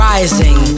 Rising